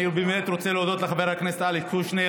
אני באמת רוצה להודות לחבר הכנסת אלכס קושניר.